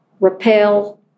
repel